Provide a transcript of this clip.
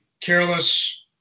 Careless